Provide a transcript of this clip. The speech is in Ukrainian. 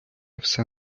все